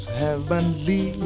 heavenly